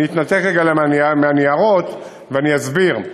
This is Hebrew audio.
אני אתנתק רגע מהניירות ואני אסביר: